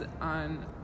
on